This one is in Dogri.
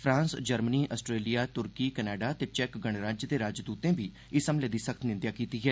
फ्रांस जर्मनी अस्ट्रेलिया तुर्की कनाडा ते चेक गणराज्य दे राजदूते बी इस हमले दी सख्त निंदेआ कीती ऐ